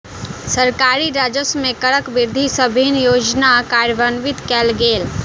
सरकारी राजस्व मे करक वृद्धि सँ विभिन्न योजना कार्यान्वित कयल गेल